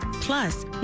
Plus